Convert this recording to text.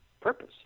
purpose